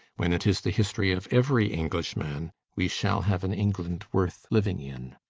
when it is the history of every englishman we shall have an england worth living in.